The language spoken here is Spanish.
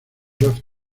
ralph